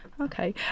Okay